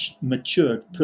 matured